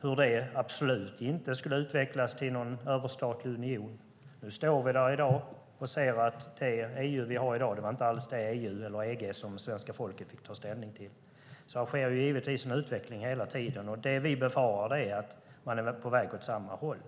som absolut inte skulle utvecklas till någon överstatlig union. Nu står vi här och ser att det EU vi har i dag inte alls var det EU, eller EG, som svenska folket fick ta ställning till. Det sker givetvis en utveckling hela tiden, och det vi befarar är att man här är på väg åt samma håll.